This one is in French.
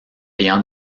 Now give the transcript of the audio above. ayant